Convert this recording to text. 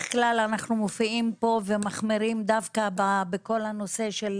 כלל אנחנו מופיעים פה ומחמירים דווקא בכל הנושא של